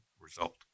result